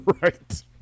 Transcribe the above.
right